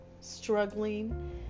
struggling